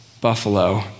buffalo